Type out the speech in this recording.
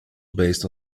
based